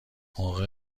موقع